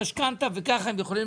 המשכנתא וכבר קונים